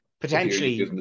Potentially